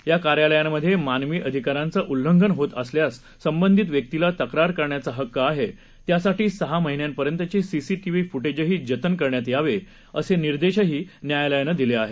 या कार्यालयांमध्ये मानवी अधिकारांचं उल्लंघन होत असल्यास संबंधित व्यक्तीला तक्रार करण्याचा हक्क आहे त्यासाठी सहा महिन्यांपर्यंतचे सीसीटीव्ही फुटेजही जतन करण्यात यावं असे निर्देशही न्यायालयानं दिले आहेत